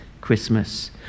Christmas